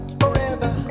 forever